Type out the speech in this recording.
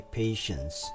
patience